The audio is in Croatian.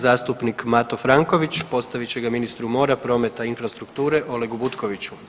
Zastupnik Mato Franković postavit će ga ministru mora, prometa i infrastrukture, Olegu Butkoviću.